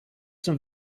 some